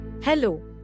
Hello